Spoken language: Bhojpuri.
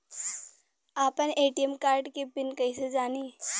आपन ए.टी.एम कार्ड के पिन कईसे जानी?